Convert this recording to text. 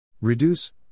Reduce